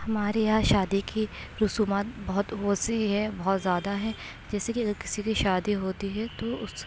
ہمارے یہاں شادی کی رسومات بہت وسیع ہے بہت زیادہ ہے جیسے کہ اگر کسی کی شادی ہوتی ہے تو اس